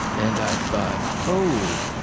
and i thought, oh,